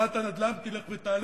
בועת הנדל"ן תלך ותגדל,